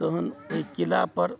तहन ओहि किला पर